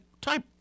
type